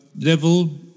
level